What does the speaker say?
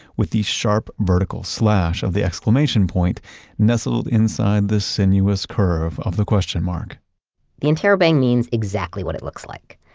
with the sharp vertical slash of the exclamation point nestled inside the sinuous curve of the question mark the interrobang means exactly what it looks like.